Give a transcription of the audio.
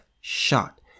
shot